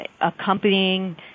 accompanying